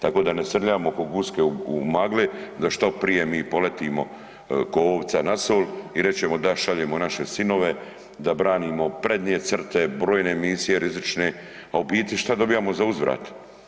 Tako da ne srljamo ko guske u magli, da što prije mi poletimo ko ovca na sol i reći ćemo da šaljemo naše sinove, da branimo prednje crte, brojne misije rizične a u biti šta dobivamo zauzvrat?